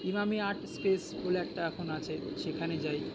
Emami art space বলে একটা এখন আছে সেখানে যাই